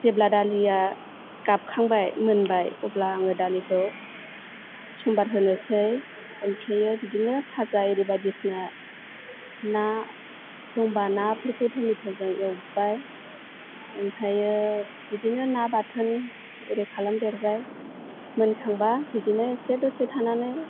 जेब्ला दालिया गाबखांबाय मोनबाय अब्ला आङो दालिखौ समबाद होनोसै ओमफ्रायो बिदिनो बाजा एरि बायदिसिना ना दंबा नाफोरखौ टमेट' जों एवबाय ओमफ्रायो बिदिनो ना बाथोन एरि खालाम देरबाय मोनखांबा बिदिनो एसे दसे थानानै